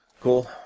Cool